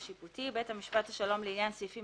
שיפוטי: "בית משפט השלום לעניין סעיפים